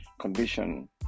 condition